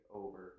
over